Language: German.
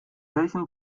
welchen